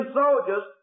soldiers